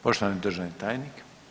Poštovani državni tajnik.